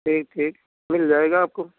ठीक ठीक मिल जाएगा आपको